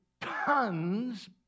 tons